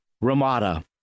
Ramada